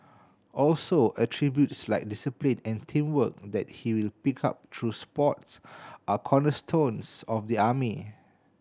also attributes like discipline and teamwork that he will pick up through sport are cornerstones of the army